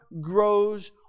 grows